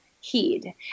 heed